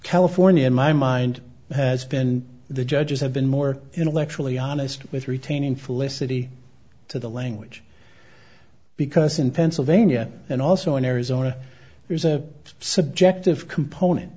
california in my mind has been the judges have been more intellectually honest with retaining felicity to the language because in pennsylvania and also in arizona there's a subjective component